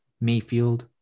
Mayfield